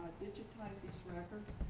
digitize these records.